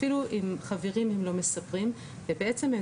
אפילו עם חברים הם לא מספרים ובעצם הם